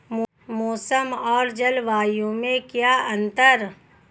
मौसम और जलवायु में क्या अंतर?